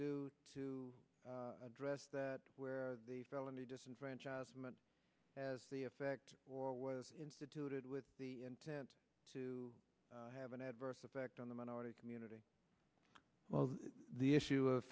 do to address that where the felony disenfranchisement has the effect or was instituted with the intent to have an adverse effect on the minority community well the issue of